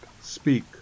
speak